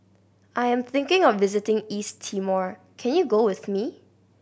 I am thinking of visiting East Timor can you go with me